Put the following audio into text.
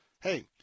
hey